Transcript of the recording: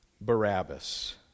Barabbas